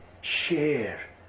Share